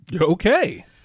Okay